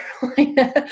Carolina